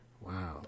Wow